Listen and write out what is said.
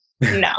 No